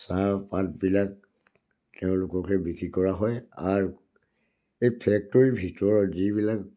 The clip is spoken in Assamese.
চাহপাতবিলাক তেওঁলোককে বিক্ৰী কৰা হয় আৰু এই ফ্ৰেক্টৰীৰ ভিতৰত যিবিলাক